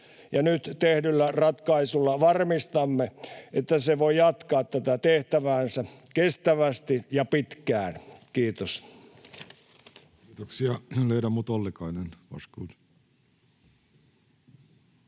nyt tehdyllä ratkaisulla varmistamme, että se voi jatkaa tätä tehtäväänsä kestävästi ja pitkään. — Kiitos.